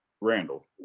Randall